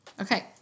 Okay